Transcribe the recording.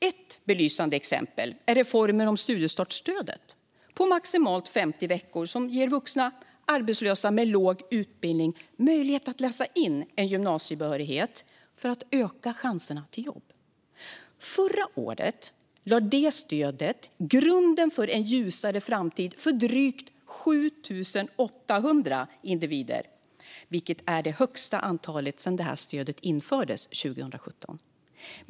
Ett belysande exempel är reformen om studiestartsstödet på maximalt 50 veckor, som ger vuxna arbetslösa med låg utbildning möjlighet att läsa in en gymnasiebehörighet för att öka chanserna till jobb. Förra året lade det stödet grunden för en ljusare framtid för drygt 7 800 individer, vilket är det högsta antalet sedan stödet infördes 2017.